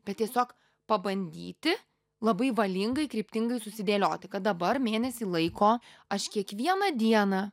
bet tiesiog pabandyti labai valingai kryptingai susidėlioti kad dabar mėnesį laiko aš kiekvieną dieną